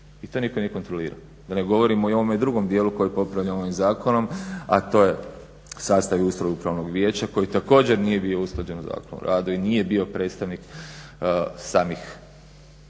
I to nitko nije kontrolirao. Da ne govorim i o ovome drugome dijelu koji popravljamo ovim zakonom a to je sastav i ustroj upravnog vijeća koji također nije bio usklađen Zakonom o radu. I nije bio predstavnik samih